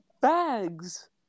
bags